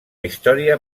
història